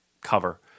cover